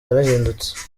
yarahindutse